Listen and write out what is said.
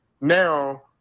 now